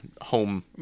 home